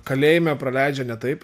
kalėjime praleidžia ne taip